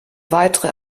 weitere